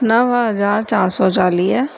नव हज़ार चारि सौ चालीह